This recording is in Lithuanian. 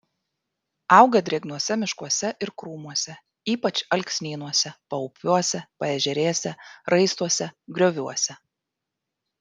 auga drėgnuose miškuose ir krūmuose ypač alksnynuose paupiuose paežerėse raistuose grioviuose